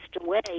away